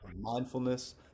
mindfulness